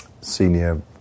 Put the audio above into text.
senior